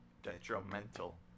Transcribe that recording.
Detrimental